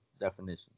definition